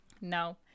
No